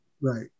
Right